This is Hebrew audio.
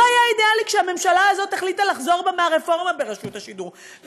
לא היה אידיאלי כשהממשלה הזאת החליטה לחזור בה מהרפורמה ברשות השידור,